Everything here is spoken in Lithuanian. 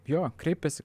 jo kreipėsi